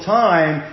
time